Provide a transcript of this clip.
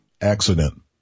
accident